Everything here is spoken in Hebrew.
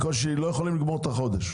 לא יכול לגמור את החודש,